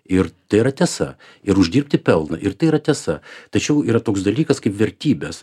ir tai yra tiesa ir uždirbti pelną ir tai yra tiesa tačiau yra toks dalykas kaip vertybės